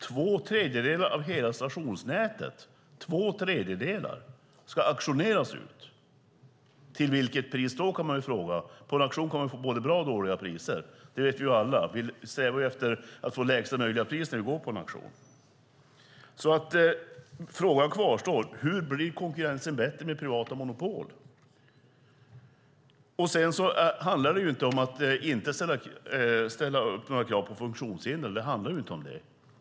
Två tredjedelar av hela stationsnätet ska auktioneras ut. Till vilket pris då? På en auktion kan man få både bra och dåliga priser. Det vet alla. Vi strävar efter att få lägsta möjliga pris på en auktion. Hur blir konkurrensen bättre med privata monopol? Det handlar inte om att inte ställa krav på funktionshindrade.